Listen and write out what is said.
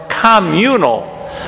communal